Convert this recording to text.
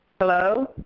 hello